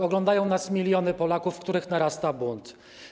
Oglądają nas miliony Polaków, w których narasta bunt.